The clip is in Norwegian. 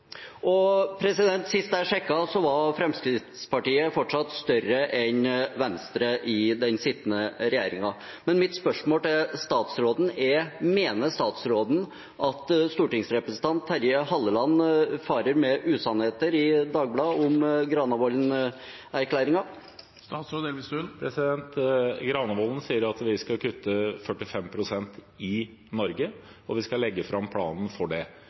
Sist jeg sjekket, var Fremskrittspartiet fortsatt større enn Venstre i den sittende regjeringen. Mitt spørsmål til statsråden er: Mener statsråden at stortingsrepresentant Terje Halleland farer med usannheter i Dagbladet om Granavolden-erklæringen? I Granavolden-erklæringen sier vi at vi skal kutte 45 pst. i Norge, og vi skal legge fram en plan for det.